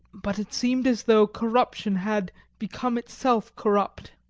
but it seemed as though corruption had become itself corrupt.